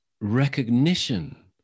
recognition